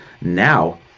now